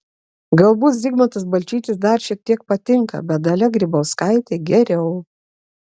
galbūt zigmantas balčytis dar šiek tiek patinka bet dalia grybauskaitė geriau